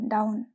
Down